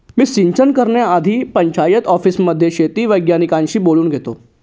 मी सिंचन करण्याआधी पंचायत ऑफिसमध्ये शेती वैज्ञानिकांशी बोलून घेतो